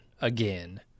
again